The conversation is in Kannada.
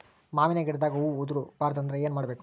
ಮಾವಿನ ಗಿಡದಾಗ ಹೂವು ಉದುರು ಬಾರದಂದ್ರ ಏನು ಮಾಡಬೇಕು?